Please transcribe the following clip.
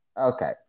Okay